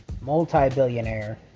multi-billionaire